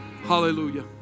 Hallelujah